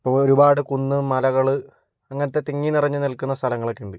ഇപ്പോൾ ഒരുപാട് കുന്ന് മലകൾ അങ്ങനത്തെ തിങ്ങി നിറഞ്ഞു നിൽക്കുന്ന സ്ഥലങ്ങളൊക്കെ ഉണ്ട്